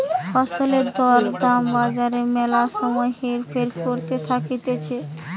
ফসলের দর দাম বাজারে ম্যালা সময় হেরফের করতে থাকতিছে